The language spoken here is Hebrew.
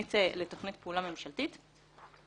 לתוכנית פעולה ממשלתית.